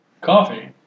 Coffee